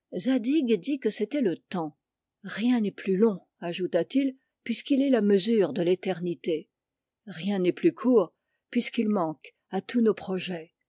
dit que c'était le temps rien n'est plus long ajouta-t-il puisqu'il est la mesure de l'éternité rien n'est plus court puisqu'il manque à tous nos projets